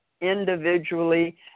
individually